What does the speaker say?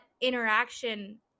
interaction